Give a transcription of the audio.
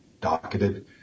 docketed